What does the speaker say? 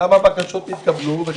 כמה בקשות התקבלו?